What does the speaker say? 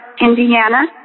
Indiana